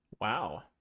wow